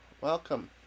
Welcome